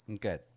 Good